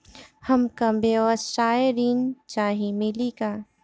हमका व्यवसाय ऋण चाही मिली का?